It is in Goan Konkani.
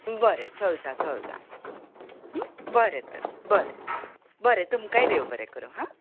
बरें चलता चलता बरें तर बरें बरें तुमकांय देव बरें करूं आं